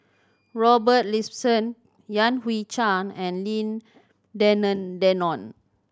Robert Ibbetson Yan Hui Chang and Lim Denan Denon